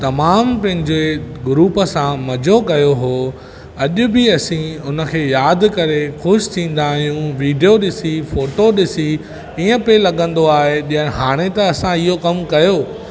तमामु पंहिंजे ग्रुप सां मज़ो कयो हुओ अॼ बि असी उन खे यादि करे ख़ुशि थींदा आहियूं विडियो ॾिसी फोटो ॾिसी हीअं पियो लॻंदो आहे जीअं हाणे त असां इहो कमु कयो